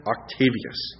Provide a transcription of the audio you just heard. Octavius